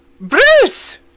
Bruce